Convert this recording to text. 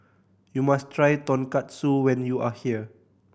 you must try Tonkatsu when you are here